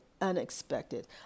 unexpected